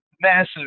massive